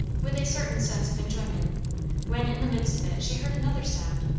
with a certain sense of enjoyment when in the midst of it she heard another sound,